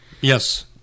Yes